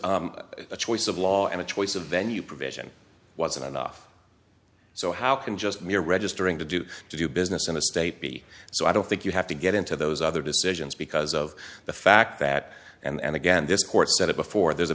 the choice of law and a choice of venue provision wasn't enough so how can just mere registering to do to do business in a state be so i don't think you have to get into those other decisions because of the fact that and again this court said it before there's a